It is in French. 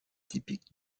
typique